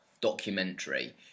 documentary